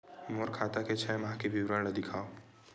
मोर खाता के छः माह के विवरण ल दिखाव?